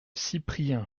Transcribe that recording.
cyprien